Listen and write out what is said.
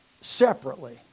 separately